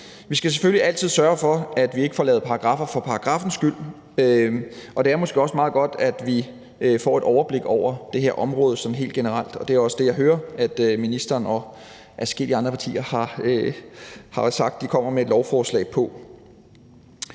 Vi skal selvfølgelig altid sørge for, at vi ikke får lavet paragraffer for paragraffens skyld, og det er måske også meget godt, at vi får et overblik over det her område helt generelt, og det er også det, jeg hører at ministeren og adskillige andre partier har sagt at de kommer med forslag om.